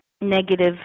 negative